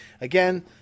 again